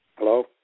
Hello